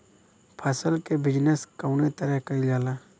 फसल क बिजनेस कउने तरह कईल जाला?